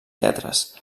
lletres